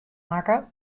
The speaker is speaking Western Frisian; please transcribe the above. makke